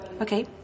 Okay